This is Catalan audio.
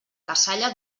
cassalla